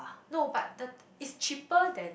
no but the is cheaper than